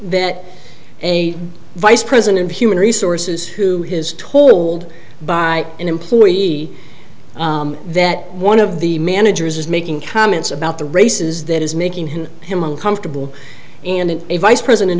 that a vice president of human resources who has told by an employee that one of the managers is making comments about the races that is making him him uncomfortable and in a vice president